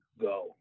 go